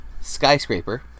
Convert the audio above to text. Skyscraper